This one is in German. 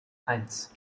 eins